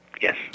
Yes